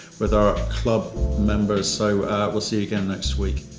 with our club members, so we'll see you again next week.